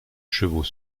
chevaux